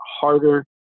harder